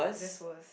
ya that's worse